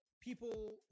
people